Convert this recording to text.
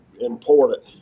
important